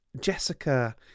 Jessica